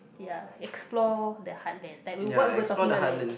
ya explore the heartlands like what we were talking earlier